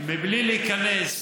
מבלי להיכנס